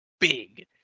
big